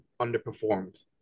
underperformed